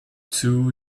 two